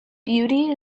beauty